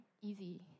easy